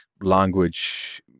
language